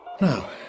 Now